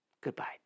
Goodbye